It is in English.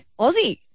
Aussie